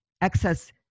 excess